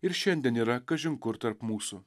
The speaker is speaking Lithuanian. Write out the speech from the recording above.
ir šiandien yra kažin kur tarp mūsų